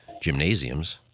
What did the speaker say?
gymnasiums